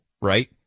right